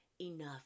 enough